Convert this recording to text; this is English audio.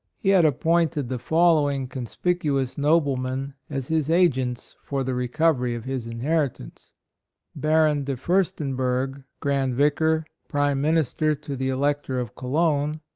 he had appointed the following conspicuous noblemen as his agents for the recovery of his inheritance baron de furs tenberg, grand vicar, prime min ister to the elector of cologne,